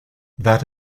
that